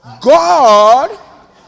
God